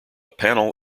panel